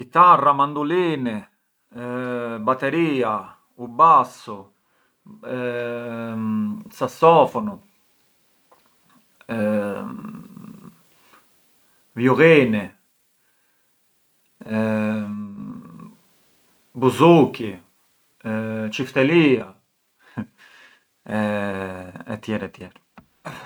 Kitarra, mandolini, batteria, u bassu, sassofonu, viullini, buzuki, çiftelia e tjerë e tjerë.